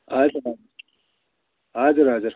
हजुर हजुर हजुर